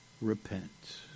repent